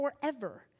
forever